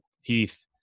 Heath